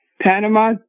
Panama